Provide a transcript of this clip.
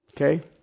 okay